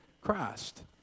Christ